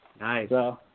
Nice